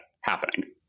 happening